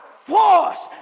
force